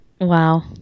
Wow